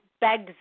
begs